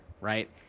right